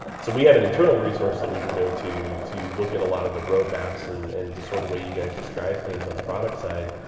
so we have an internal resource that we can go to to look at a lot of the roadmaps and and just so the way you guys describe things on the product side.